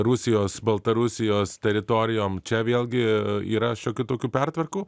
rusijos baltarusijos teritorijom čia vėlgi yra šiokių tokių pertvarkų